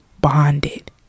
bonded